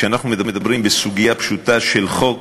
כשאנחנו מדברים בסוגיה פשוטה של חוק